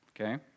Okay